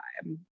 time